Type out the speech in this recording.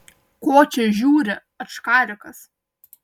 ko čia žiūri ačkarikas